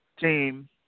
team